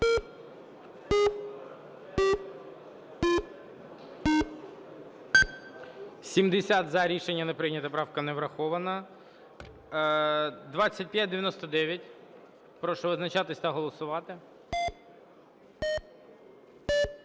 За-70 Рішення не прийнято. Правка не врахована. 2599. Прошу визначатися та голосувати.